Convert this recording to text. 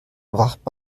wacht